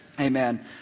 Amen